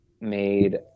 made